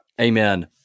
Amen